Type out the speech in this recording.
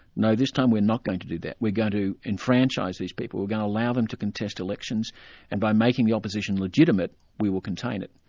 no, this time we're not going to do that, we're going to enfranchise these people, we're going to allow them to contest elections and by making the opposition legitimate, we will contain it.